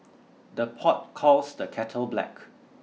the pot calls the kettle black